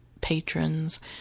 patrons